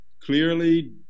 clearly